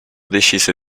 decise